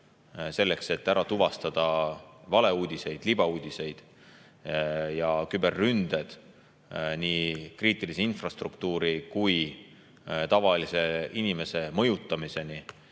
Selleks, et tuvastada valeuudiseid, libauudiseid ja küberründed nii kriitilise [tähtsusega] infrastruktuuri kui ka tavalise inimese mõjutamiseni,